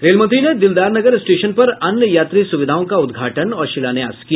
rail मंत्री ने Dildarnagar station पर अन्य यात्री सुविधाओं का उद्घाटन और शिलान्यास भी किया